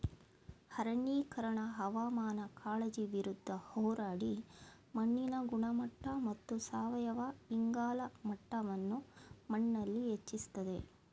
ಅರಣ್ಯೀಕರಣ ಹವಾಮಾನ ಕಾಳಜಿ ವಿರುದ್ಧ ಹೋರಾಡಿ ಮಣ್ಣಿನ ಗುಣಮಟ್ಟ ಮತ್ತು ಸಾವಯವ ಇಂಗಾಲ ಮಟ್ಟವನ್ನು ಮಣ್ಣಲ್ಲಿ ಹೆಚ್ಚಿಸ್ತದೆ